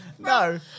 No